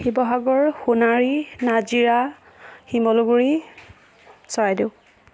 Sivasagar Sonari Nazira Simaluguri Charaideo